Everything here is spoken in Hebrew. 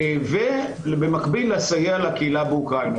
ובמקביל לסייע לקהילה באוקראינה.